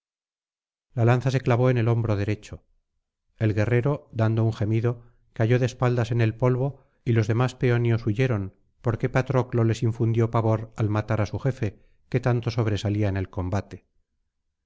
la lanza se clavó en el hombro derecho el guerrero dando un gemido cayó de espaldas en el polvo y los demás peonios huyeron porque patroclo les infundió pavor al matar á su jefe que tanto sobresalía en el combate